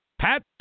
Pat